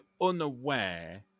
unaware